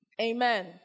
Amen